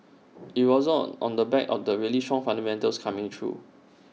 IT wasn't on the back of the really strong fundamentals coming through